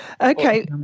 Okay